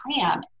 cram